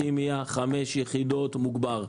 כימיה 5 יחידות מוגבר.